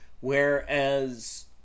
whereas